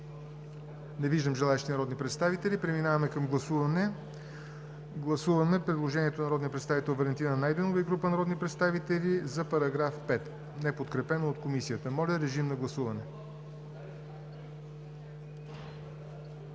Не виждам желаещи народни представители. Преминаваме към гласуване. Гласуваме предложението на народния представител Валентина Найденова и група народни представители за § 5, неподкрепен от Комисията. Гласували